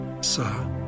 Sir